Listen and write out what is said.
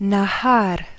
Nahar